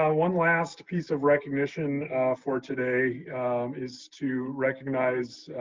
ah one last piece of recognition for today is to recognize